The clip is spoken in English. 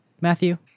Matthew